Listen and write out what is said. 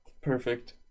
perfect